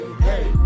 Hey